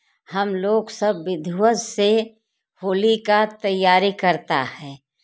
हम लोग सब विधिवत से होली का तैयारी करते हैं